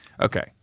okay